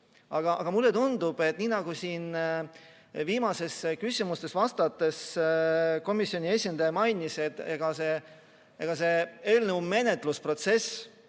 hea. Mulle tundub, et nii nagu siin viimastele küsimustele vastates komisjoni esindaja mainis, ega eelnõu menetlusprotsess